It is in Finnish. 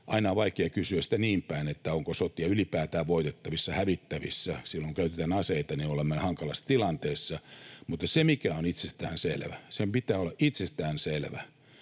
Aina on vaikea kysyä sitä niinpäin, että onko sotia ylipäätään voitettavissa tai hävittävissä. Silloin kun käytetään aseita, olemme hankalassa tilanteessa. Mutta se, mikä on itsestään selvä, minkä pitää olla itsestään selvä: